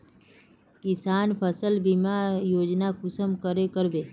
किसान फसल बीमा योजना कुंसम करे करबे?